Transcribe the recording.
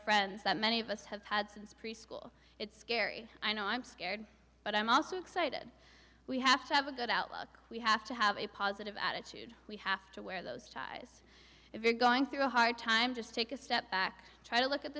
friends that many of us have had since preschool it's scary i know i'm scared but i'm also excited we have to have a good outlook we have to have a positive attitude we have to wear those ties if you're going through a hard time just take a step back try to look at